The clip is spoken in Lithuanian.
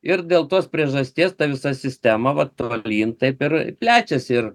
ir dėl tos priežasties ta visa sistema vat tolyn taip ir plečiasi ir